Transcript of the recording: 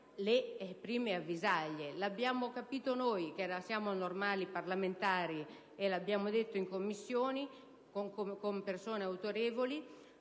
le prime avvisaglie? L'abbiamo capito noi che siamo normali parlamentari e l'abbiamo riportato in Commissione davanti a persone autorevoli.